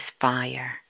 fire